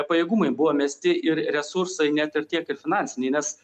pajėgumai buvo mesti ir resursai net ir tiek ir finansiniai nes